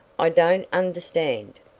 i don't understand.